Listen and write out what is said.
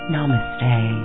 Namaste